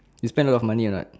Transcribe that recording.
you spend a lot of money or not